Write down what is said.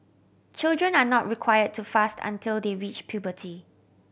children are not required to fast until they reach puberty